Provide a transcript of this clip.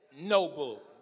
noble